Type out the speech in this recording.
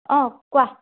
অ কোৱা